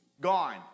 gone